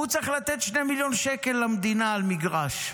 הוא צריך לתת 2 מיליון שקל למדינה על מגרש.